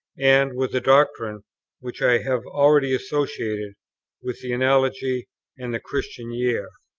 and with the doctrine which i have already associated with the analogy and the christian year.